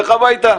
נלך הביתה,